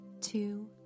two